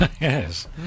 Yes